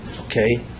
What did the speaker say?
okay